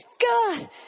God